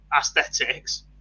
aesthetics